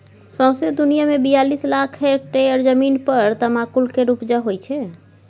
सौंसे दुनियाँ मे बियालीस लाख हेक्टेयर जमीन पर तमाकुल केर उपजा होइ छै